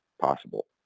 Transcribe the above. possible